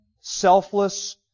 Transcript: selfless